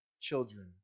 children